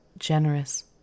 Generous